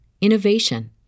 innovation